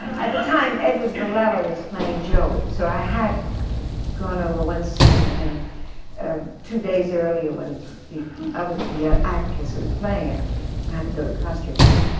at the time, edward villella was playing joey. so i had gone over one scene with him two days earlier, when the other. the ah actress who was playing it had to go to a costume fitting.